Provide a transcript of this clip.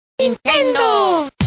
¡Nintendo